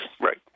right